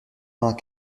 vingt